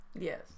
Yes